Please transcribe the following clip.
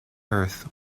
earth